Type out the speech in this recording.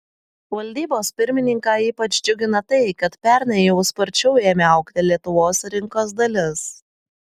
valdybos pirmininką ypač džiugina tai kad pernai jau sparčiau ėmė augti lietuvos rinkos dalis